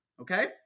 Okay